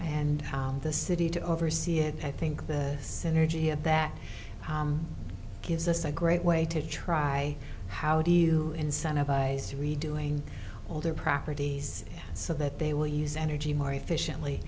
and the city to oversee it i think the synergy of that gives us a great way to try how do you incentivize redoing all their properties so that they will use energy more efficiently